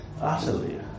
utterly